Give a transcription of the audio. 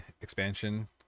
expansion